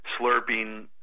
slurping